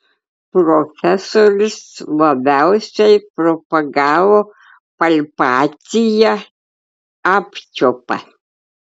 profesorius labiausiai propagavo palpaciją apčiuopą